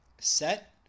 set